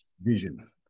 vision